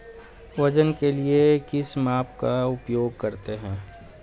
वजन के लिए किस माप का उपयोग करते हैं?